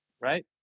right